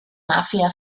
mafia